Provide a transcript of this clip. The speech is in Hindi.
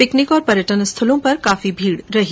पिकनिक और पर्यटन स्थलों पर काफी भीड़ रही